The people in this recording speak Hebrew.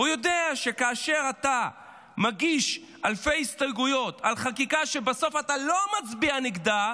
יודע שכאשר אתה מגיש אלפי הסתייגויות על חקיקה שבסוף אתה לא מצביע נגדה,